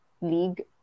league